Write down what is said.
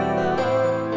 love